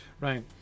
Right